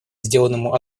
сделанному